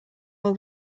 all